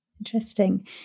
interesting